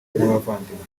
n’abavandimwe